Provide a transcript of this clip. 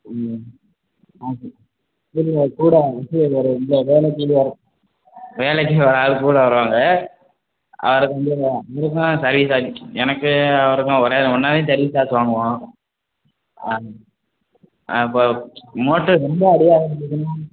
ம் காசு இல்லைல்ல கூட ஆகும் மெட்டீரியல் வெலை இந்த வேலைக்குன்னு வேறு வேலைக்குன்னு ஒரு ஆள் கூட வருவாங்க அது கொஞ்சம் உங்களுக்கான சர்வீஸ் சார்ஜ் எனக்கு அவருக்கும் ஒரே ஒன்னாகவே சர்வீஸ் சார்ஜ் வாங்குவோம் ஆ அப்போ மோட்டர் ரொம்ப அடி வாங்கி இருந்ததுன்னா